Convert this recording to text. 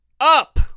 Up